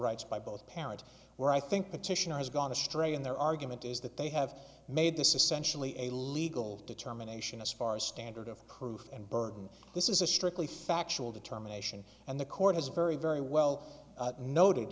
rights by both parents where i think petitioner has gone astray in their argument is that they have made this essentially a legal determination as far as standard of proof and burden this is a strictly factual determination and the court is very very well noted